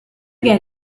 get